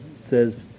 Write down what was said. says